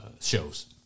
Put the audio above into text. shows